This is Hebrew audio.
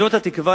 זאת התקווה,